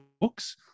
books